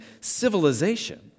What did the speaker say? civilization